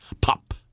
Pop